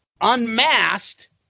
Unmasked